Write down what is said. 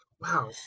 wow